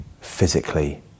physically